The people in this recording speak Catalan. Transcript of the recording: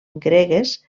gregues